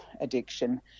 addiction